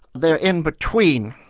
they're in between'.